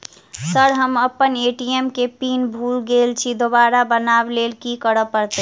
Sir हम अप्पन ATM केँ पिन भूल गेल छी दोबारा बनाब लैल की करऽ परतै?